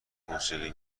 موسیقی